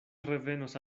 revenos